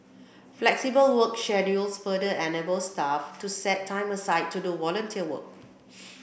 flexible work schedules further enable staff to set time aside to do volunteer work